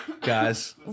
guys